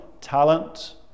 talent